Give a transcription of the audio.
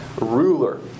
ruler